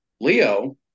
Leo